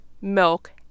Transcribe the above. milk